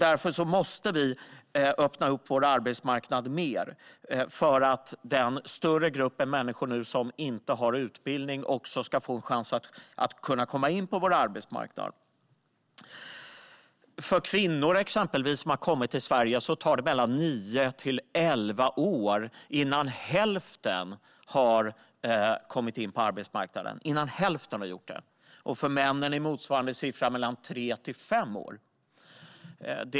Därför måste vi öppna upp vår arbetsmarknad mer så att den stora gruppen människor som inte har utbildning ska få en chans att komma in på vår arbetsmarknad. För exempelvis kvinnor som har kommit till Sverige tar det mellan nio och elva år innan hälften har kommit in på arbetsmarknaden - hälften! För männen är motsvarande siffra mellan tre och fem år.